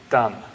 done